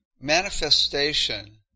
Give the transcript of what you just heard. manifestation